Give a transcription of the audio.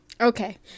Okay